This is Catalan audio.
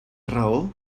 raó